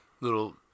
little